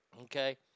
Okay